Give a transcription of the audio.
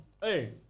Hey